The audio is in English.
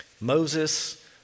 Moses